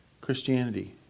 Christianity